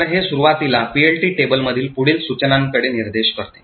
तर हे सुरुवातीला PLT टेबलमधील पुढील सूचनांकडे निर्देश करते